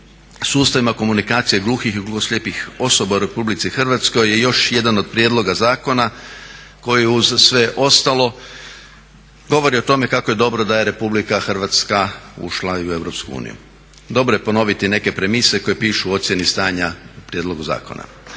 sustavima komunikacija gluhih i gluhoslijepih osoba u RH je još jedan od prijedloga zakona koji uza sve ostalo govori o tome kako je dobro da je RH ušla u EU. Dobro je ponoviti neke premise koje pišu o ocjeni stanja u prijedlogu zakona.